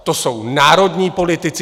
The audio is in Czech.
To jsou národní politici.